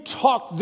talk